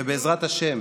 ובעזרת השם